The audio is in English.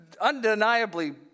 undeniably